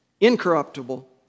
incorruptible